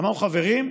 אמרנו: חברים,